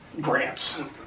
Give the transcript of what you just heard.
grants